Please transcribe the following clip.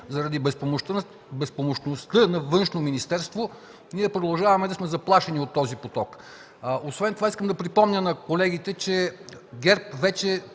заради безпомощността на Външно министерство ние продължаваме да сме заплашени от този поток. Освен това, искам да припомня на колегите, че ГЕРБ вече